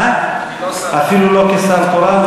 אפילו לא כשר תורן,